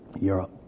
Europe